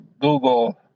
google